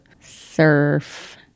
Surf